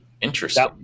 Interesting